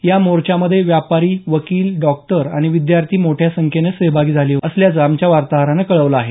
या मोर्चामध्ये व्यापारी वकील डॉक्टर आणि विद्यार्थी मोठ्या संख्येनं सहभागी झाले असल्याचं आमच्या वार्ताहरानं कळवलं आहे